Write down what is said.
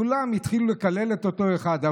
כולם התחילו לקלל את אותו אחד,